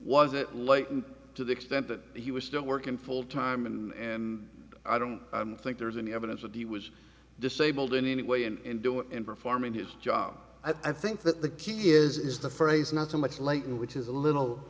like to the extent that he was still working full time in i don't think there's any evidence that he was disabled in any way and in doing in performing his job i think that the key is the phrase not so much latent which is a little